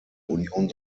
union